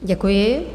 Děkuji.